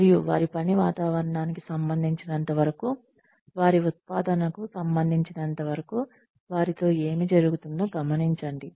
మరియు వారి పని వాతావరణానికి సంబంధించినంతవరకు వారి ఉత్పాదనకు సంబంధించినంతవరకు వారితో ఏమి జరుగుతుందో గమనించండి